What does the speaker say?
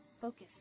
focus